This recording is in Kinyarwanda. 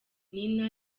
nina